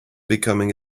becoming